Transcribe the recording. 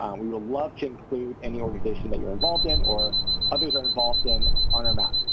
um we would love to include any organization that you are involved in or others are involved in on our map.